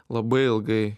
labai ilgai